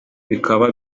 bikaba